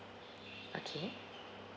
okay